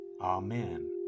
Amen